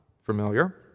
familiar